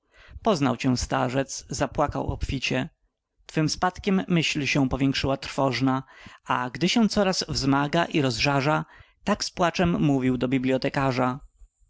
cię starzec zapłakał obficie twym spadkiem myśl się powiększyła trwożna a gdy się coraz wzmaga i rozżarza tak z płaczem mówił do biblotekarza